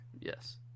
Yes